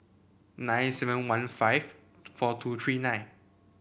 nine seven one five four two three nine